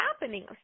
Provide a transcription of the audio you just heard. happening